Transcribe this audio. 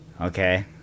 okay